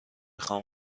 خوام